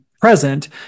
present